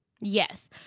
yes